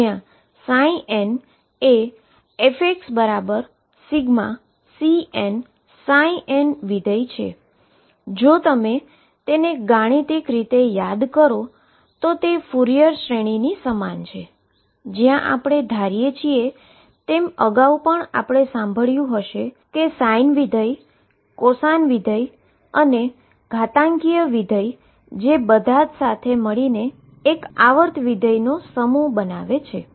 જ્યા n એ fx∑Cnn function છે જો તમે તમારા ગણિતમાંથી આ યાદ કરો તો તે ફ્યુરિયર સીરીઝની સમાન છે જ્યાં આપણે ધારીએ છીએ અને તમે આ પદ અગાઉ પણ સાંભળ્યું હશે કે sin ફંક્શન cosine ફંક્શન અને એક્સપોનેંશીઅલ વિધેય જે બધા સાથે મળીને એક પીરીઓડીક ફંક્શનનો સમૂહ બનાવે છે